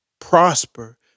prosper